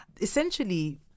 essentially